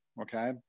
okay